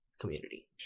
community